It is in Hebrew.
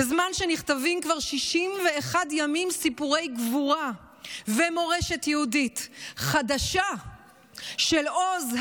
בזמן שנכתבים כבר 61 ימים סיפורי גבורה ומורשת יהודית חדשה של עוז,